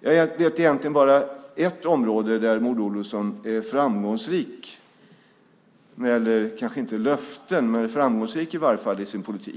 Jag vet egentligen bara ett område där Maud Olofsson är framgångsrik i sin politik - kanske inte med löften, men framgångsrik i varje fall